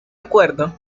acuerdo